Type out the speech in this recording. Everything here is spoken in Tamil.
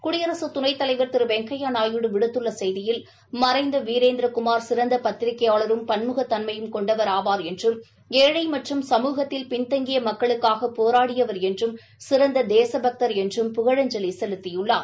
குடியரசுத் துணைத் தலைவா் திரு வெங்கையாநாயுடு விடுத்துள்ள செய்தியில் மறைந்த வீரேந்திரகுமார் சிறந்த பத்திரிகையாளரும் பன்முகத் தன்மை கொண்டவர் ஆவார் என்றும் ஏழை மற்றும் சமூகத்தில் பின்தங்கிய மக்களுக்காக போராடியவர் என்றும் சிறந்த தேசபக்தர் என்றும் புகழஞ்சலி செலுத்தியுள்ளார்